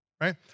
right